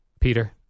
Peter